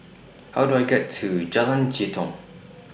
How Do I get to Jalan Jitong